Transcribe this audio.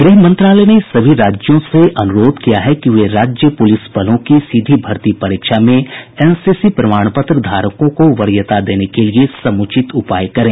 गृह मंत्रालय ने सभी राज्यों से अनुरोध किया है कि वे राज्य पूलिस बलों की सीधी भर्ती परीक्षा में एनसीसी प्रमाण पत्र धारकों को वरीयता देने के लिए समुचित उपाय करें